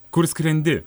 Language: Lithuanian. kur skrendi